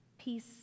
peace